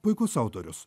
puikus autorius